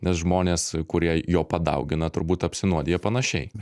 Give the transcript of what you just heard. nes žmonės kurie jo padaugina turbūt apsinuodija panašiai